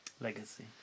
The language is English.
Legacy